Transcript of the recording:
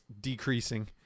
decreasing